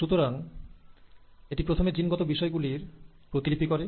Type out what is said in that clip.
সুতরাং এটি প্রথমে জিনগত বিষয়গুলির প্রতিলিপি করে